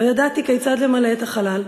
לא ידעתי כיצד למלא את החלל,